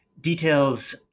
details